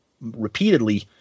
repeatedly